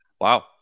Wow